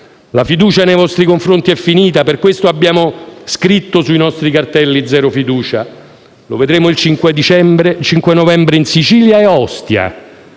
La fiducia nei vostri confronti è finita, e per questo abbiamo scritto sui nostri cartelli "zero fiducia". Lo vedremo il cinque novembre in Sicilia e a Ostia;